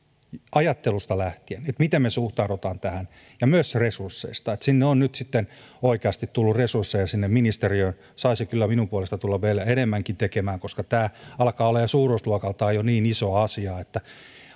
ajattelusta lähtien että miten me suhtaudumme tähän ja myös resursseista että sinne ministeriöön on nyt sitten oikeasti tullut resursseja saisi kyllä minun puolestani tulla vielä enemmänkin tekemään koska tämä alkaa olemaan suuruusluokaltaan jo niin iso asia että olen